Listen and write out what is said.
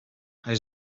hij